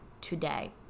today